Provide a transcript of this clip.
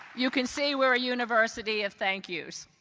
you can see we're a university of thank you's.